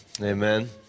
Amen